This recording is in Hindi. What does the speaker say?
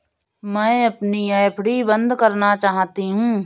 मैं अपनी एफ.डी बंद करना चाहती हूँ